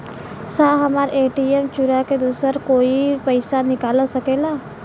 साहब हमार ए.टी.एम चूरा के दूसर कोई पैसा निकाल सकेला?